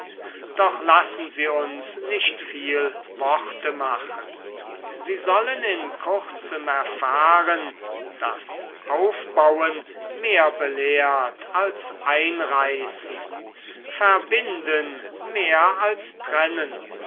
doch lassen sie uns nicht viel worte machen sie sollen in kurzem erfahren daß aufbauen mehr belehrt als einreißen verbinden mehr als trennen